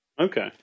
Okay